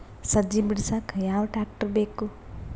ಸಜ್ಜಿ ಬಿಡಸಕ ಯಾವ್ ಟ್ರ್ಯಾಕ್ಟರ್ ಬೇಕು?